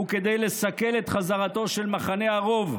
וכדי לסכל את חזרתו של מחנה הרוב,